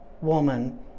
woman